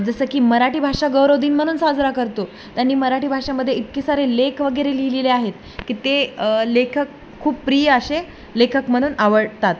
जसं की मराठी भाषा गौरव दिन म्हणून साजरा करतो त्यांनी मराठी भाषेमध्ये इतकीे सारे लेख वगैरे लिहिलेले आहेत की ते लेखक खूप प्रिय असे लेखक म्हणून आवडतात